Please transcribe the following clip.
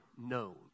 known